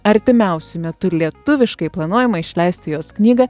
artimiausiu metu lietuviškai planuojama išleisti jos knygą